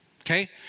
Okay